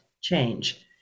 change